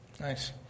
Nice